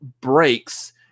breaks